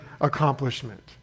accomplishment